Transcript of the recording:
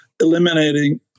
eliminating